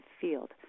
field